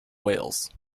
wales